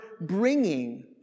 bringing